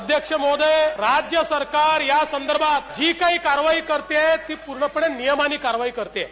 अध्यक्ष महोदय राज्य सरकार या संदर्भात जी काही कार्यवाही करतीये ती पूर्णपणे नियमानं कार्यवाही करतीये